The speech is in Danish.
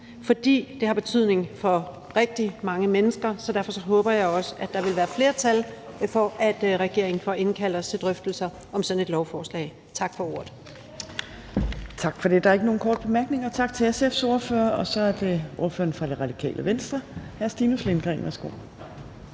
fordi det har betydning for rigtig mange mennesker, så derfor håber jeg også, at der vil være flertal for, at regeringen får indkaldt os til drøftelser om sådan et lovforslag. Tak for ordet. Kl. 13:31 Tredje næstformand (Trine Torp): Tak for det. Der er ikke nogen korte bemærkninger, så tak til SF's ordfører. Så er det ordføreren for Radikale Venstre, hr. Stinus Lindgreen. Værsgo.